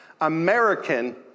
American